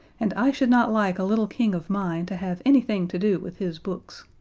and i should not like a little king of mine to have anything to do with his books.